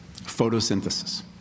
photosynthesis